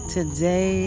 Today